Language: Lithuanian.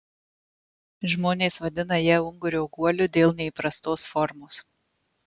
žmonės vadina ją ungurio guoliu dėl neįprastos formos